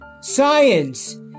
science